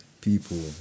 people